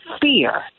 fear